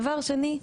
דבר שני,